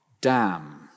dam